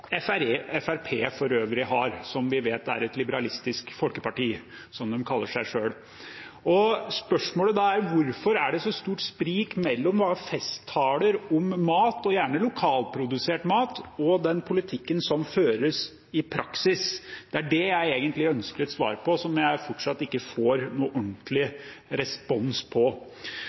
har, som vi vet er et liberalistisk folkeparti, som de kaller seg sjøl. Spørsmålet er: Hvorfor er det så stort sprik mellom alle festtaler om mat – og gjerne lokalprodusert mat – og den politikken som føres i praksis? Det er det jeg egentlig ønsker et svar på, og som jeg fortsatt ikke får noen ordentlig respons på.